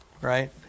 right